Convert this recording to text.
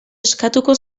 eskatuko